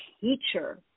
teacher